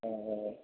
ആ ആ ആ